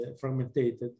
fragmented